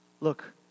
Look